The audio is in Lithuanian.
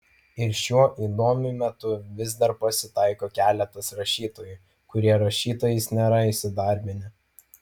ir šiuo įdomiu metu vis dar pasitaiko keletas rašytojų kurie rašytojais nėra įsidarbinę